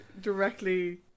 directly